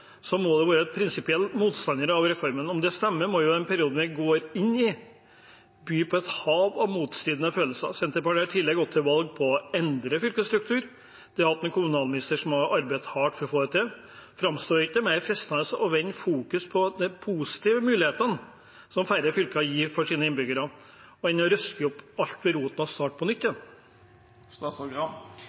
det at en må være en prinsipiell motstander av reformen. Om det stemmer, må den perioden vi nå går inn i, by på et hav av motstridende følelser. Senterpartiet har i tillegg gått til valg på å endre fylkesstruktur. De har hatt en kommunalminister som har arbeidet hardt for å få det til. Framstår det ikke mer fristende å fokusere på de positive mulighetene som færre fylker gir for sine innbyggere, enn å røske alt opp med rota og starte på